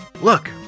Look